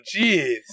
jeez